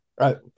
Right